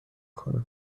کنه